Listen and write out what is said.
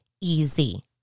easy